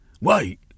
Wait